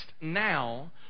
now